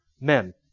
men